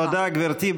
תודה, גברתי.